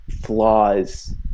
flaws